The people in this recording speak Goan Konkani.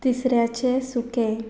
तिसऱ्याचें सुकें